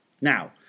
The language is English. Now